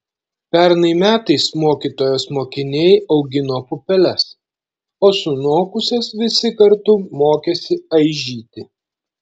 pernai metais mokytojos mokiniai augino pupeles o sunokusias visi kartu mokėsi aižyti